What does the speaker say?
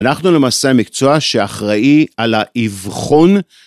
אנחנו למעשה המקצוע שאחראי על האבחון.